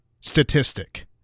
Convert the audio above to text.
statistic